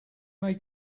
may